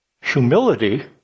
humility